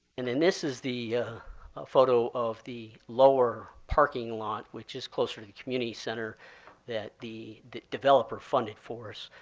and then this is the photo of the lower parking lot, which is closer to the community center that the the developer funded for us.